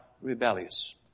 rebellious